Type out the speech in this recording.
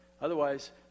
Otherwise